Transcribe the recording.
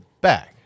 back